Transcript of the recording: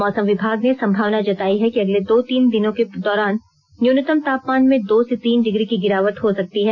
मौसम विभाग ने संभावना जतायी है कि अगले दो तीन दिनों के दौरान न्यूनतम तापमान में दो से तीन डिग्री की गिरावट हो सकती है